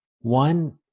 One